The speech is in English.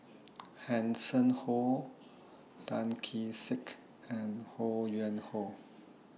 Hanson Ho Tan Kee Sek and Ho Yuen Hoe